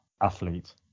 athlete